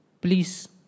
please